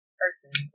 person